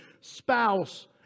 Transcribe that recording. spouse